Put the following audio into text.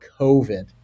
COVID